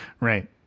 Right